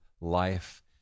life